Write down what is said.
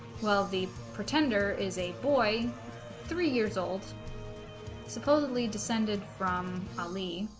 well the pretender is a boy three years old supposedly descended from ali